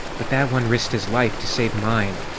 but that one risked his life to save mine!